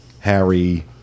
harry